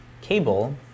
cable